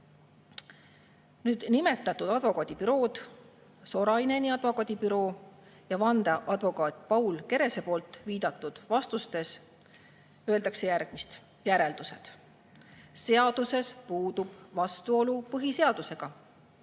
Nimetatud advokaadibüroo, Soraineni advokaadibüroo ja vandeadvokaat Paul Kerese poolt viidatud vastustes öeldakse järgmist: "Järeldused. Seaduses puudub vastuolu põhiseadusega.